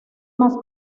más